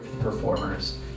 Performers